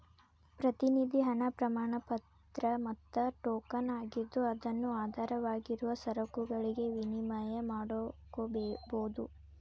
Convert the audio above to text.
ಪ್ರತಿನಿಧಿ ಹಣ ಪ್ರಮಾಣಪತ್ರ ಮತ್ತ ಟೋಕನ್ ಆಗಿದ್ದು ಅದನ್ನು ಆಧಾರವಾಗಿರುವ ಸರಕುಗಳಿಗೆ ವಿನಿಮಯ ಮಾಡಕೋಬೋದು